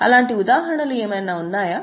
అలాంటి ఉదాహరణలు ఏమైనా ఉన్నాయా